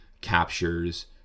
captures